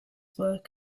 work